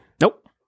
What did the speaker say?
nope